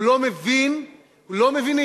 הוא לא מבין, לא מבינים